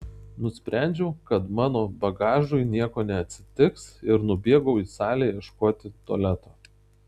nusprendžiau kad mano bagažui nieko neatsitiks ir nubėgau į salę ieškoti tualeto